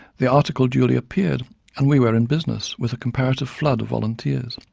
the article duly appeared and we were in business with a comparative flood of volunteers.